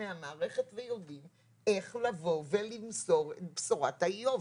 מהמערכת ויודעים איך לבוא ולמסור את בשורת האיוב.